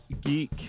Geek